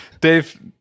Dave